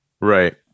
right